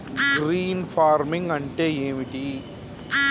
Green farming అంటే ఏమిటి?